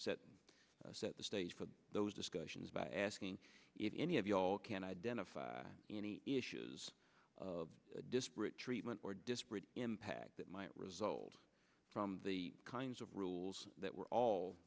of set the stage for those discussions by asking if any of you all can identify any issues of disparate treatment or disparate impact that might result from the kinds of rules that we're all